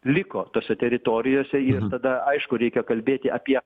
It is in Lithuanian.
liko tose teritorijose ir tada aišku reikia kalbėti apie